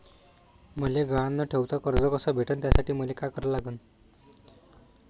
मले गहान न ठेवता कर्ज कस भेटन त्यासाठी मले का करा लागन?